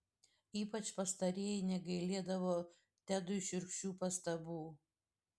ypač pastarieji negailėdavo tedui šiurkščių pastabų